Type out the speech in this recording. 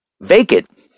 Vacant